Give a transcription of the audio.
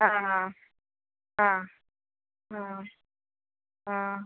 ആ ആ ആ ആ ആ